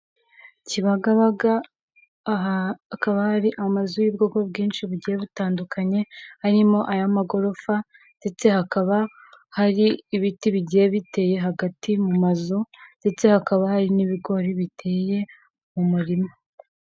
Kibagabaga, aha hakaba hari amazu y'ubwoko bwinshi bugiye butandukanye, harimo ay'amagorofa ndetse hakaba hari ibiti bigiye biteye hagati mu mazu ndetse hakaba hari n'ibigori biteye mu murima